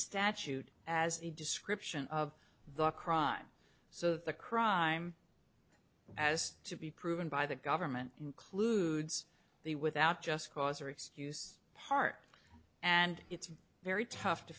statute as a description of the crime so the crime as to be proven by the government includes the without just cause or excuse part and it's very tough to